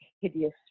hideous